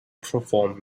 perform